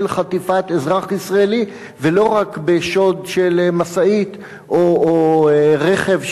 חטיפת אזרח ישראלי ולא רק בשוד של משאית או רכב,